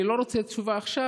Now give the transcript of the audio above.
אני לא רוצה תשובה עכשיו,